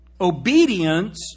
Obedience